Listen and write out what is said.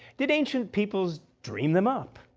did ancient peoples dream them up?